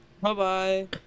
Bye-bye